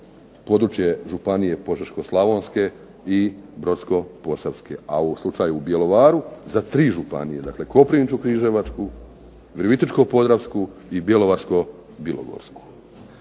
područje Županije požeško-slavonske i brodsko-posavske. A u slučaju u Bjelovaru za tri županije, dakle Koprivničko-križevačku, Virovitičko-podravsku i Bjelovarsko-bilogorsku.